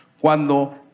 cuando